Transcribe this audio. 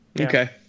Okay